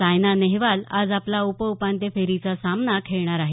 सायना नेहवाल आज आपला उपउपांत्यपूर्व फेरीचा सामना खेळणार आहे